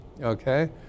okay